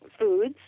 foods